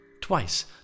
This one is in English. Twice